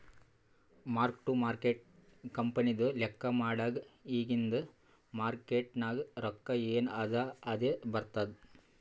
mark to market ಕಂಪನಿದು ಲೆಕ್ಕಾ ಮಾಡಾಗ್ ಇಗಿಂದ್ ಮಾರ್ಕೇಟ್ ನಾಗ್ ರೊಕ್ಕಾ ಎನ್ ಅದಾ ಅದೇ ಬರ್ತುದ್